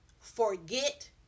Forget